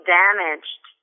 damaged